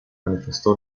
manifestó